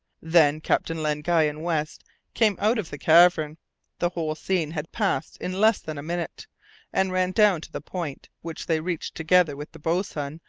then captain len guy and west came out of the cavern the whole scene had passed in less than a minute and ran down to the point, which they reached together with the boatswain,